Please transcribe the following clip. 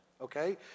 okay